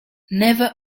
never